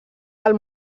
del